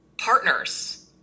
partners